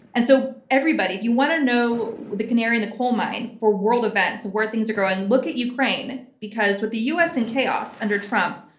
and so everybody, if you want to know the canary in the coal mine for world events, where things are growing, look at ukraine, because with the us in chaos under trump,